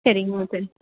சரிங்கம்மா சரி